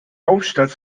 hauptstadt